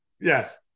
yes